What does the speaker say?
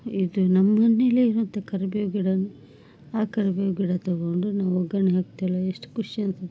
ಇದು ನಮ್ಮನೇಲೆ ಇರುತ್ತೆ ಕರ್ಬೇವು ಗಿಡನು ಆ ಕರ್ಬೇವು ಗಿಡ ತಗೊಂಡು ನಾವು ಒಗ್ಗರಣೆ ಹಾಕ್ತೀವಲ್ಲ ಎಷ್ಟು ಖುಷಿ ಅನಿಸುತ್ತೆ